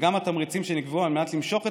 וגם התמריצים שנקבעו על מנת למשוך את